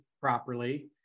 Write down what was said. properly